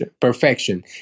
perfection